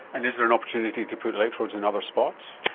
and is there an opportunity to put electrodes in other spots?